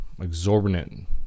exorbitant